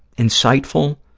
insightful